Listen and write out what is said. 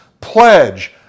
pledge